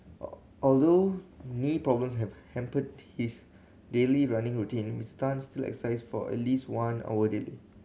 all although knee problems have hampered his daily running routine Mister Tan still exercise for at least one hour daily